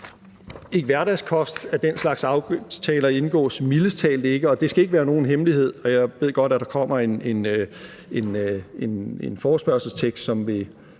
ikke hverdagskost, at den slags aftaler indgås, og det skal ikke være nogen hemmelighed – jeg ved godt, at der kommer et forslag til vedtagelse, som vil